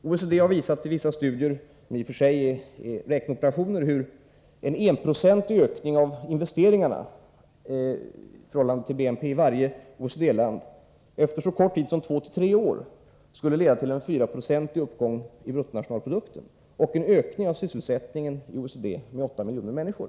OECD har i vissa studier — som i och för sig är räkneoperationer men ändå är intressanta — visat hur en enprocentig ökning av investeringarna i förhållande till BNP i varje OECD-land efter så kort tid som två tre år skulle leda till en 4-procentig uppgång i bruttonationalprodukten och en ökning av sysselsättningen i OECD med 8 miljoner människor.